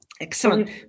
Excellent